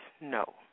no